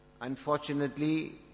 Unfortunately